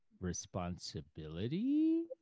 responsibility